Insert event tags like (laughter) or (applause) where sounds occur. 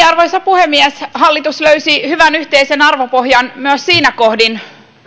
(unintelligible) arvoisa puhemies hallitus löysi hyvän yhteisen arvopohjan myös siinä kohdin